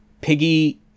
Piggy